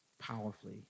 powerfully